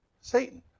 Satan